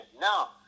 Now